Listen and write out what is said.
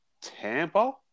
Tampa